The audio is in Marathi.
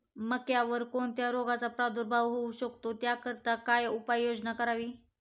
मक्यावर कोणत्या रोगाचा प्रादुर्भाव होऊ शकतो? त्याकरिता काय उपाययोजना करावी?